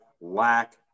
lack